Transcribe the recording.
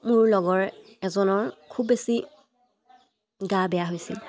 মোৰ লগৰ এজনৰ খুব বেছি গা বেয়া হৈছিল